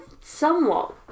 somewhat